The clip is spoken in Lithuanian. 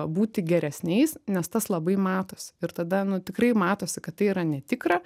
būti geresniais nes tas labai matosi ir tada nu tikrai matosi kad tai yra netikra